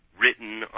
written